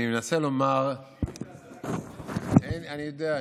השאילתה היא רק, אני יודע.